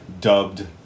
dubbed